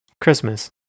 christmas